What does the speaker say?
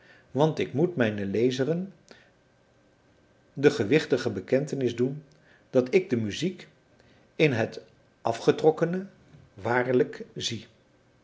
want ik moet mijnen lezeren de gewichtige bekentenis doen dat ik de muziek in het afgetrokkene waarlijk zie